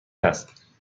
است